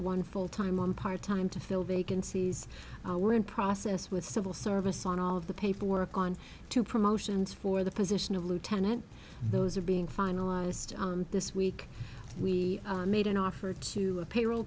one full time on part time to fill vacancies we're in process with civil service on all of the paperwork on two promotions for the position of lieutenant those are being finalized this week we made an offer to a payroll